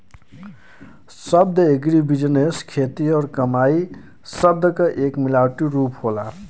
शब्द एग्रीबिजनेस खेती और कमाई शब्द क एक मिलावटी रूप होला